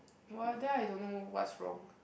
what then I don't know what's wrong